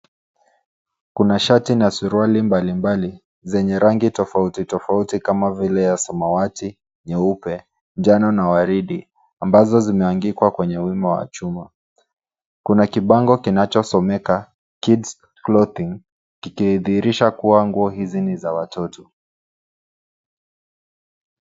Kuna shati na suruali mbalimbali zenye rangi tofauti tofauti kama vile samawati, nyeupe, njano na waridi ambazo zimeangikwa kwenye wima wa chuma. Kuna kibango kinachosomeka kids clothing kikidhihirisha kwa nguo hizi ni za watoto.